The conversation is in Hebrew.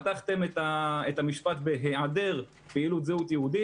פתחתם את המשפט בהיעדר פעילות זהות יהודית.